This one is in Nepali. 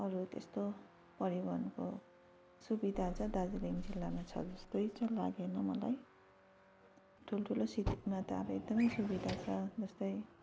अरू त्यस्तो परिवहनको सुविधा चाहिँ दार्जिलिङ जिल्लामा छ जस्तो चाहिँ लागेन मलाई ठुल्ठुलो सिटीमा त अब एकदम सुविधा छ जस्तै